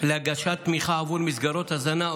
להגשת תמיכה בעבור מסגרות הזנה.